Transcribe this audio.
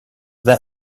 that